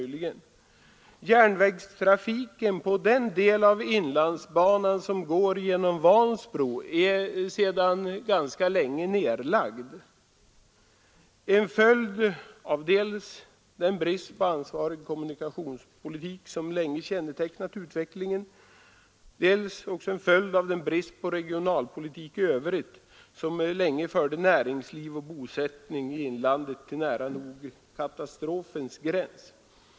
Järnvägstrafiken på den del av inlandsbanan som går genom Vansbro är sedan länge nedlagd — en följd av dels den brist på ansvarig kommunikationspolitik som länge kännetecknat utvecklingen, dels den avsaknad av regionalpolitik i övrigt som länge förde näringsliv och bosättning i inlandet till nära nog katastrofens gräns.